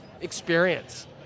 experience